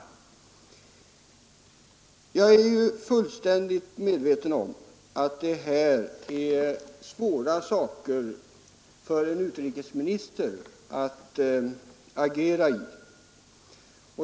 Jag är fullständigt medveten om att det här är svåra frågor för en utrikesminister att agera i.